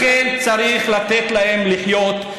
לכן צריך לתת להם לחיות.